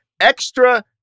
extra